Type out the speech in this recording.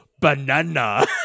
banana